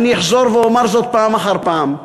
ואני אחזור ואומר זאת פעם אחר פעם: